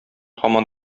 һаман